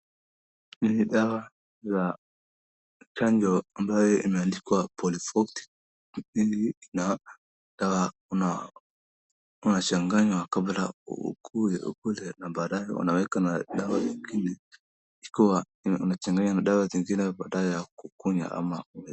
Ni dawa ya chanjo ambaye imeandikwa polyfot , na pili ina dawa una, unachanganywa kabla ukuwe ukule na baadaye unaweka na dawa ingine ikiwa unachanganya na dawa zingine badala ya kukunywa ama kula.